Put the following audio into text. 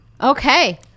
Okay